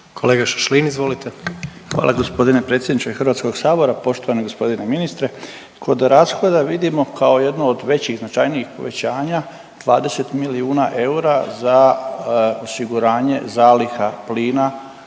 **Šašlin, Stipan (HDZ)** Hvala g. predsjedniče HS-a. Poštovani g. ministre. Kod rashoda vidimo kao jednu od većih značajnijih povećanja 20 milijuna eura za osiguranje zaliha plina